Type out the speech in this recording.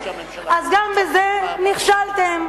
אז גם בזה נכשלתם,